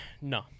no